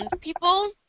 people